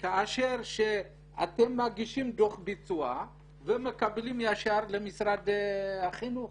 כאשר אתם מגישים דוח ביצוע ומקבלים ישר למשרד החינוך.